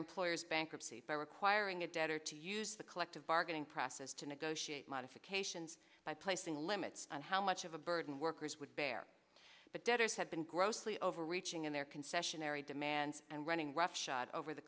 employer's bankruptcy by requiring a debtor to use the collective bargaining process to negotiate modifications by placing limits on how much of a burden workers would bear but debtors have been grossly overreaching in their concessionary demands and running roughshod over the